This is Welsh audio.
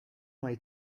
mai